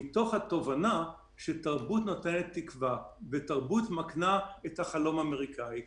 מתוך התובנה שתרבות נותנת תקווה ותרבות מקנה את החלום האמריקאי.